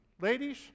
Ladies